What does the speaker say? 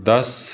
ਦੱਸ